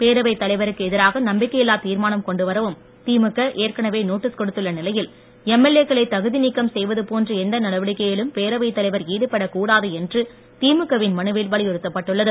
பேரவைத் தலைவருக்கு எதிராக நம்பிக்கையில்லாத் தீர்மானம் கொண்டுவரவும் திமுக ஏற்கனவே நோட்டீஸ் கொடுத்துள்ள நிலையில் எம்எல்ஏ க்களைத் தகுதிநீக்கம் செய்வதுபோன்ற எந்த நடவடிக்கையிலும் பேரவைத் தலைவர் ஈடுபடக் கூடாது என்று திமுக வின் மனுவில் வலியுறுத்தப் பட்டுள்ளது